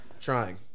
Trying